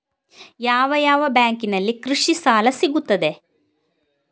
ಯಾವ ಯಾವ ಬ್ಯಾಂಕಿನಲ್ಲಿ ಕೃಷಿ ಸಾಲ ಸಿಗುತ್ತದೆ?